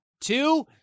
two